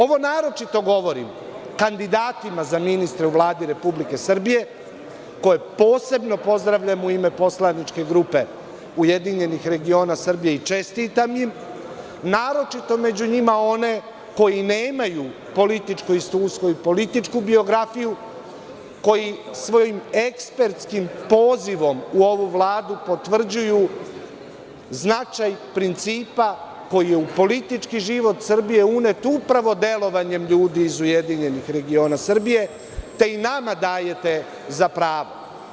Ovo naročito govorim kandidatima za ministre u Vladi Republike Srbije, koje posebno pozdravljam u ime poslovničke grupe URS i čestitam im, naročito onima koji nemaju političko iskustvo i političku biografiju, koji svojim ekspertskim pozivom u ovu Vladu potvrđuju značaj principa koji je u politički život Srbije unet upravo delovanjem ljudi iz URS, te i nama dajete za pravo.